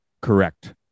correct